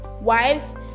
Wives